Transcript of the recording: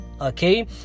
okay